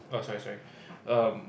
oh sorry sorry erm